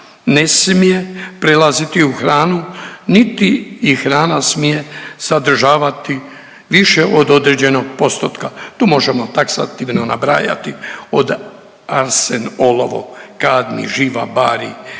ne smije prelaziti u hranu niti ih hrana smije sadržavati više od određenog postotka. Tu možemo taksativno nabrajati od arsen, olovo, kadmij, živa, barij,